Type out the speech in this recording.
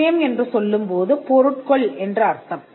விஷயம் என்று சொல்லும்போது பொருட்கள் என்று அர்த்தம்